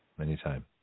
Anytime